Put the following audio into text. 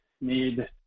need